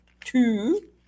two